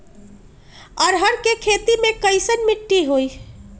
अरहर के खेती मे कैसन मिट्टी होइ?